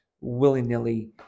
willy-nilly